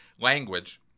language